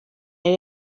yari